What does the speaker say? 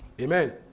Amen